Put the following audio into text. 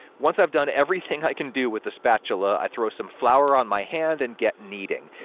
once i've done everything i can do with the spatula, i throw some flour on my hand and get kneading.